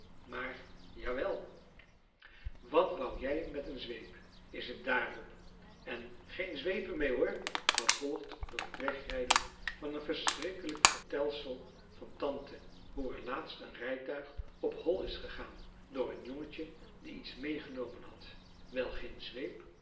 maar jawel wat wou jij met een zweep is het daarop en geen zweepen mee hoor gevolgd onder t wegrijden van een verschrikkelijk vertelsel van tante hoe er laatst een rijtuig op hol is gegaan door een jongetje die iets meegenomen had wel geen zweep